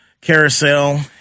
carousel